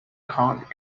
count